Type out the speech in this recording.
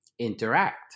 interact